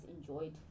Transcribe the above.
enjoyed